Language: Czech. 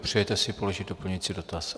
Přejete si položit doplňující dotaz?